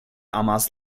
amas